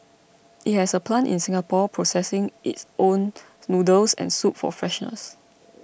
it has a plant in Singapore processing its own noodles and soup for freshness